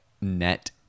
net